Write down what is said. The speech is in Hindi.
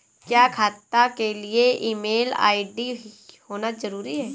क्या खाता के लिए ईमेल आई.डी होना जरूरी है?